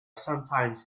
sometimes